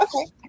Okay